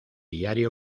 diario